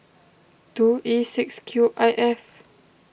two E six Q I F